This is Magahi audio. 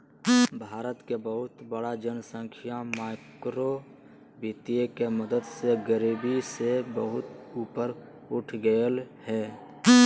भारत के बहुत बड़ा जनसँख्या माइक्रो वितीय के मदद से गरिबी से बहुत ऊपर उठ गेलय हें